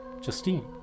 justine